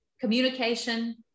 Communication